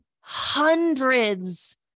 hundreds